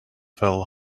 fell